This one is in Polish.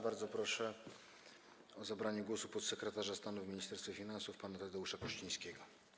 Bardzo proszę o zabranie głosu podsekretarza stanu w Ministerstwie Finansów pana Tadeusza Kościńskiego.